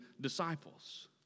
disciples